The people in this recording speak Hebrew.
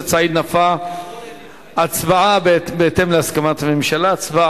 אם יש מקום, כבוד